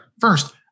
First